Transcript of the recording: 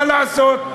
מה לעשות,